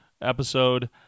episode